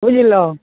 बुझलहुँ